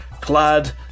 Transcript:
clad